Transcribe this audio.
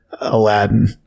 Aladdin